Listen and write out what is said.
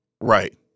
Right